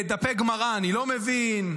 בדפי גמרא אני לא מבין.